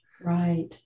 Right